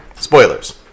spoilers